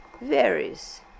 varies